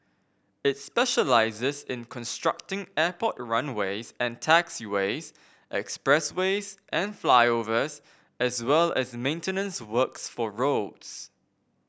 it specialises in constructing airport runways and taxiways expressways and flyovers as well as maintenance works for roads